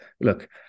look